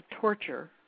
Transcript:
torture